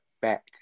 back